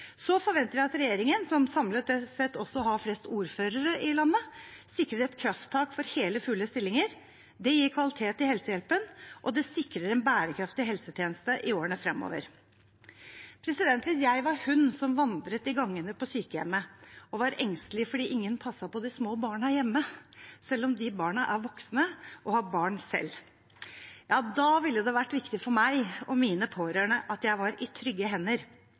Så forventer vi at regjeringen, som samlet sett også har flest ordførere i landet, sikrer et krafttak for hele, fulle stillinger. Det gir kvalitet i helsehjelpen, og det sikrer en bærekraftig helsetjeneste i årene fremover. Hvis jeg var hun som vandret i gangene på sykehjemmet og var engstelig fordi ingen passet på de små barna hjemme, selv om de barna er voksne og har barn selv, da ville det vært viktig for meg og mine pårørende at jeg var i trygge hender,